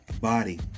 body